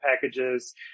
packages